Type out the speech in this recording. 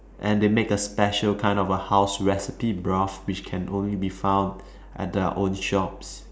and they make a special kind of a house recipe broth which can only be found at their own shops